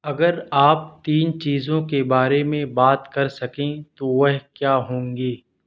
اگر آپ تین چیزوں کے بارے میں بات کر سکیں تو وہ کیا ہوں گی